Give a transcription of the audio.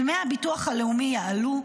דמי הביטוח הלאומי יעלו,